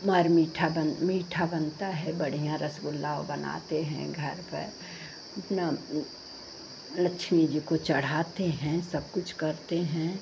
मर मीठा बन मीठा बनता है बढ़ियाँ रसगुल्ला ओ बनाते हैं घर पर अपना लक्ष्मी जी को चढ़ाते हैं सब कुछ करते हैं